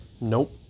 Nope